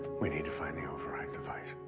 we need to find the override device.